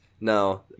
No